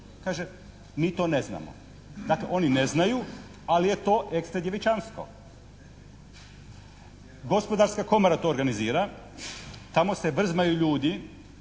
Kaže, mi to ne znamo. Dakle, oni ne znaju ali je to extra djevičanstvo. Gospodarska komora to organiziraju, tamo se vrzmaju ljudi